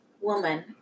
woman